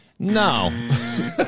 No